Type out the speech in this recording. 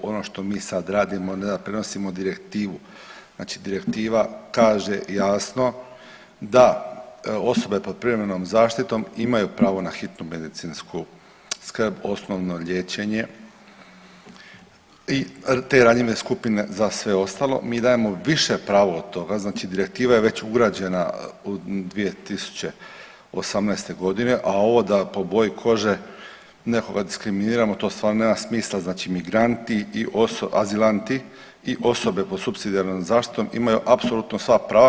Ono što mi sad radimo ne da prenosimo direktivu, znači direktiva kaže jasno da osobe pod privremenom zaštitom imaju pravo na hitnu medicinsku skrb, osnovno liječenje i te ranjive skupine i za sve ostalo mi dajemo više pravo od toga, znači direktiva je već ugrađena 2018.g., a ovo da po boji kože nekoga diskriminiramo to stvarno nema smisla, znači migranti i azilanti i osobe pod supsidijarnom zaštitom imaju apsolutno sva prava.